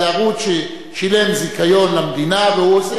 זה ערוץ ששילם זיכיון למדינה והוא עושה,